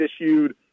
issued